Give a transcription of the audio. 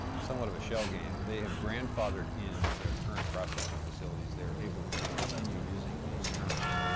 somewhat of a shell game, they have grandfathered in their current processing facilities there able to to continue using these terms.